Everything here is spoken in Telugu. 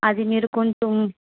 అది మీరు కొంచెం